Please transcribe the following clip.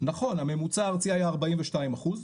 נכון הממוצע הארצי היה 42 אחוז,